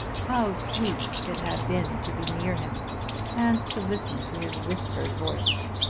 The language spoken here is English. how sweet it had been to be near him and to listen to his whispered voice!